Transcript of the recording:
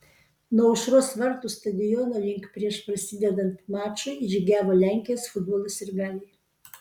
nuo aušros vartų stadiono link prieš prasidedant mačui žygiavo lenkijos futbolo sirgaliai